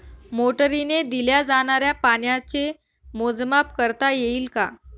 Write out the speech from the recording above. मोटरीने दिल्या जाणाऱ्या पाण्याचे मोजमाप करता येईल का?